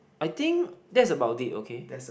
I think that's about it okay